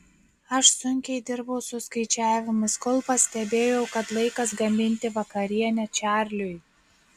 aš sunkiai dirbau su skaičiavimais kol pastebėjau kad laikas gaminti vakarienę čarliui